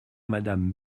madame